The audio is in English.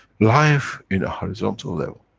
life in a horizontal level,